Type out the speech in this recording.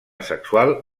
sexual